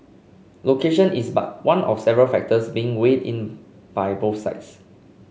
location is but one of several factors being weighed in by both sides